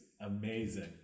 amazing